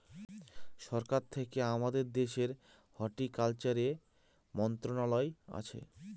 সরকার থেকে আমাদের দেশের হর্টিকালচারের মন্ত্রণালয় আছে